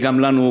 וגם לנו,